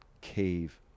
cave